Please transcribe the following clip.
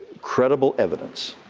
credible evidence,